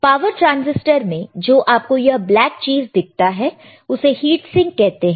power transistor में जो आप को यह ब्लैक चीज दिखता है उसे हीट सिंक कहते हैं